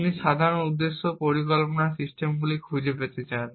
আপনি সাধারণ উদ্দেশ্য পরিকল্পনা সিস্টেমগুলি খুঁজে পেতে চান